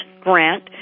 Grant